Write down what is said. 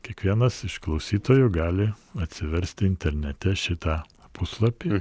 kiekvienas iš klausytojų gali atsiversti internete šitą puslapį